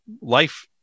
life